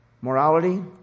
Morality